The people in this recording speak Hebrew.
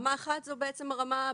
רמה 1 זו בעצם הרמה הבסיסית.